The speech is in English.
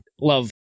love